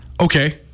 Okay